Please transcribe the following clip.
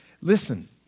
Listen